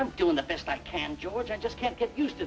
i'm doing the best i can george i just can't get used to